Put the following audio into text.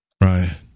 Right